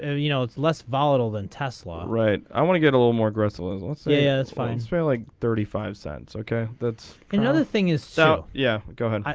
ah you know it's less volatile than tesla right i want to get a little more growth was also yeah that's fine for like thirty five cents okay that's another thing is so yeah go ahead.